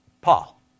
Paul